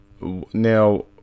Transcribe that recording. Now